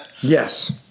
Yes